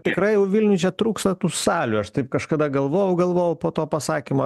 tikrai jau vilniuj trūksta tų salių aš taip kažkada galvojau galvojau po to pasakymo